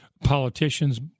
politicians